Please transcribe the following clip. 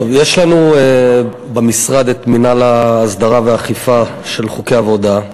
יש לנו במשרד מינהל ההסדרה והאכיפה של חוקי עבודה.